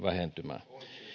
vähentymään